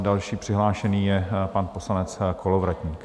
Další přihlášený je pan poslanec Kolovratník.